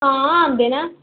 हां आंदे न